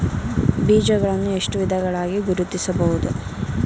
ಬೀಜಗಳನ್ನು ಎಷ್ಟು ವಿಧಗಳಾಗಿ ಗುರುತಿಸಬಹುದು?